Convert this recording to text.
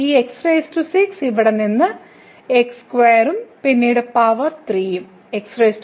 ഈ x6 ഇവിടെ നിന്നും x2 ഉം പിന്നീട് പവർ 3 ഉം